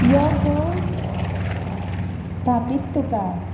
यो गो थापीत तुका